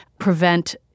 prevent